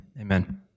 amen